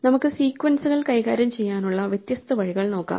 നമുക്ക് സീക്വൻസുകൾ കൈകാര്യം ചെയ്യാനുള്ള വ്യത്യസ്ത വഴികൾ നോക്കാം